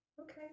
Okay